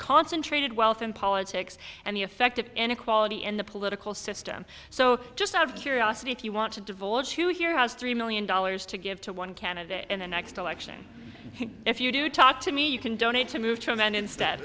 concentrated wealth and politics and the effect of inequality in the political system so just out of curiosity if you want to divulge who here has three million dollars to give to one candidate in the next election if you do talk to me you can donate to move to a man instead